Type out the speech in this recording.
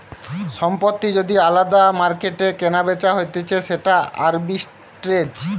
সম্পত্তি যদি আলদা মার্কেটে কেনাবেচা হতিছে সেটা আরবিট্রেজ